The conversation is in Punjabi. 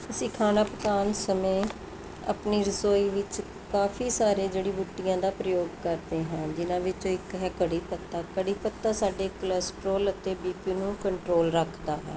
ਅਸੀਂ ਖਾਣਾ ਪਕਾਉਣ ਸਮੇਂ ਆਪਣੀ ਰਸੋਈ ਵਿੱਚ ਕਾਫ਼ੀ ਸਾਰੇ ਜੜੀ ਬੂਟੀਆਂ ਦਾ ਪ੍ਰਯੋਗ ਕਰਦੇ ਹਾਂ ਜਿਨ੍ਹਾਂ ਵਿੱਚੋਂ ਇੱਕ ਹੈ ਕੜ੍ਹੀ ਪੱਤਾ ਕੜ੍ਹੀ ਪੱਤਾ ਸਾਡੇ ਕਲੈਸਟਰੋਲ ਅਤੇ ਬੀਪੀ ਨੂੰ ਕੰਟਰੋਲ ਰੱਖਦਾ ਹੈ